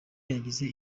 yagize